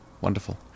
Wonderful